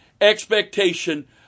expectation